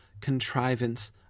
contrivance